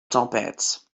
tempête